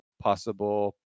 possible